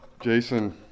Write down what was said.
Jason